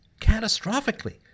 Catastrophically